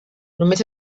només